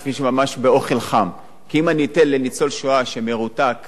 כי אם אני אתן לניצול שואה שמרותק בבית תלוש,